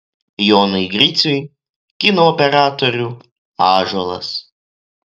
jonui griciui kino operatorių ąžuolas